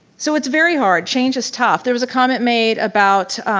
so it's very hard. change is tough. there was a comment made about,